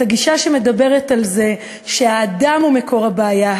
את הגישה שמדברת על זה שהאדם הוא מקור הבעיה,